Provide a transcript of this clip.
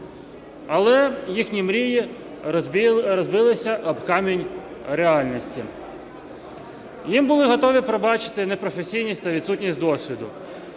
Але їхні мрії розбилися об камінь реальності. Їм були готові пробачити непрофесійність та відсутність досвіду.